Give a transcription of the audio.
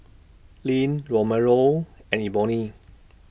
Lynn Romello and Eboni